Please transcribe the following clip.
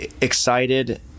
excited